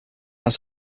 its